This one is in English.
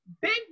big